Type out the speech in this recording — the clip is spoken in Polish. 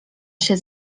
się